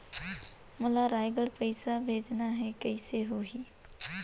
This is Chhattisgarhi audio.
मोला रायगढ़ पइसा भेजना हैं, कइसे होही?